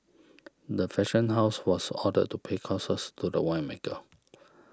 the fashion house was ordered to pay costs to the winemaker